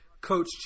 Coach